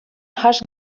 has